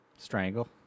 Strangle